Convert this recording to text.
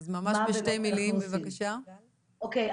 אוקיי,